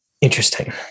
Interesting